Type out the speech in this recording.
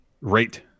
rate